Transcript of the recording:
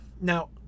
Now